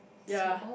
ya